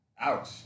ouch